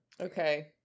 Okay